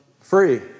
free